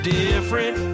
different